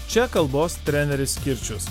čia kalbos treneris kirčius